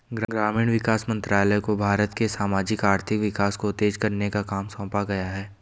ग्रामीण विकास मंत्रालय को भारत के सामाजिक आर्थिक विकास को तेज करने का काम सौंपा गया है